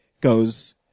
goes